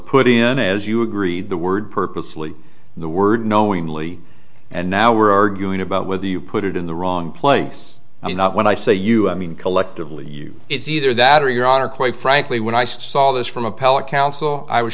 put in as you agreed the word purposely the word knowingly and now we're arguing about whether you put it in the wrong place i mean when i say you i mean collectively you it's either that or your honor quite frankly when i saw this from a